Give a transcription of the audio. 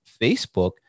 Facebook